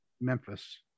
Memphis